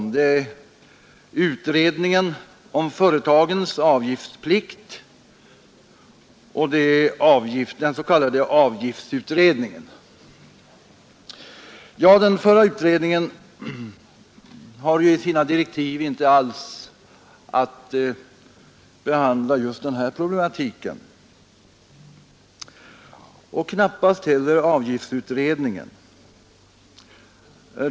Det är utredningen om företagens av avgiftsutredningen. Den förra utredningen har i sina direktiv inte alls att behandla den här problematiken, och det har knappast heller avgiftsut redningen.